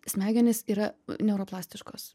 smegenys yra neuro plastiškos